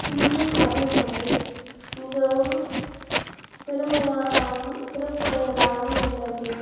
இந்திய கல்வி முறை மிகவும் பெருமையாகவும் சிறப்புடையதாகவும் உள்ளது